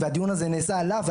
והדיון הזה נעשה עליו,